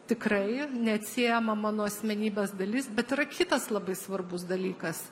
tikrai neatsiejama mano asmenybės dalis bet yra kitas labai svarbus dalykas